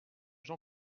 jean